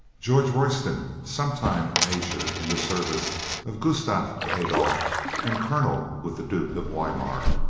george royston, sometime major in the service of gustav adolf and colonel with the duke of weimar.